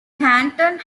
canton